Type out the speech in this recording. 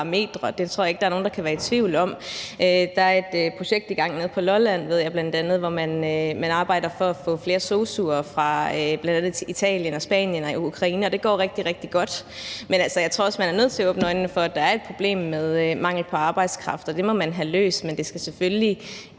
Det tror jeg ikke at der er nogen der kan være i tvivl om. Jeg ved, at der bl.a. er et projekt i gang nede på Lolland, hvor man arbejder for at få flere sosu'er fra bl.a. Italien, Spanien og Ukraine, og det går rigtig, rigtig godt. Men altså, jeg tror også, at man er nødt til at åbne øjnene for, at der er et problem med mangel på arbejdskraft, og det må man have løst. Men det skal selvfølgelig